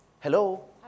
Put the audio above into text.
Hello